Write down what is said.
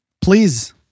Please